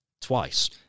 twice